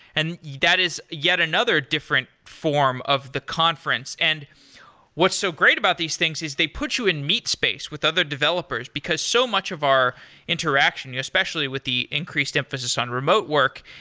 and that is yet another different form of the conference. and what's so great about these things is they put you in meet space with other developers, because so much of our interaction, especially with the increased emphasis on remote work.